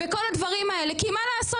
וכל הדברים האלה, כי מה לעשות?